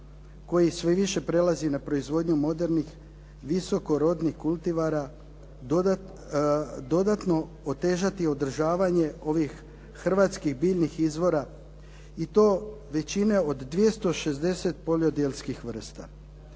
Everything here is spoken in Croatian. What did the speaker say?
koji sve više prelazi na proizvodnju modernih, visoko rodnih kultivara dodatno otežati održavanje ovih hrvatskih biljnih izvora i to većine od 260 poljodjelskih vrsta.